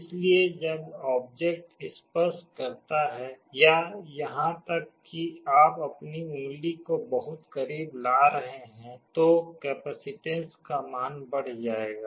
इसलिए जब ऑब्जेक्ट स्पर्श करता है या यहां तक कि आप अपनी उंगली को बहुत करीब ला रहे हैं तो कैपेसिटेन्स का मान बढ़ जाएगा